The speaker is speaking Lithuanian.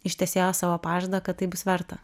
ištesėjo savo pažadą kad tai bus verta